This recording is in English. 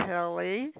Kelly